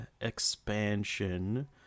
expansion